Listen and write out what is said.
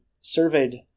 surveyed